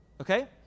Okay